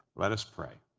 let us pray.